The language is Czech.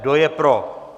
Kdo je pro?